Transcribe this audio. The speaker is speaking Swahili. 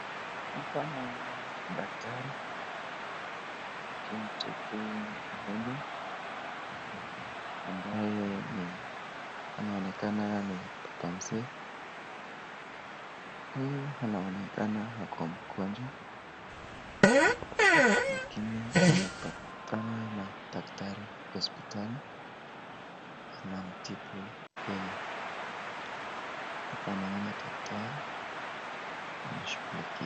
Hapa naona daktari akimtibu mgonjwa ambaye anaonekana ni baba mzee, kwa hiyo anaonekana ako mgonjwa lakini amepatana na daktari hospitali anamtibu yeye ,hapa naona daktari anashughulikia....